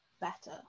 better